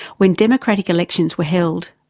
when democratic elections were held.